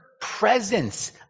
presence